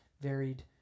varied